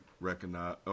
recognize